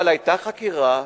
אבל היתה חקירה,